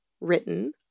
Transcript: written